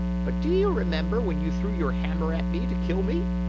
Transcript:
but do you remember when you threw your hammer at me to kill me?